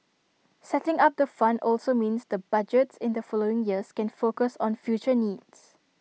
setting up the fund also means the budgets in the following years can focus on future needs